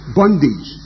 bondage